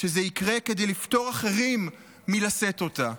שזה יקרה כדי לפטור אחרים מלשאת אותה,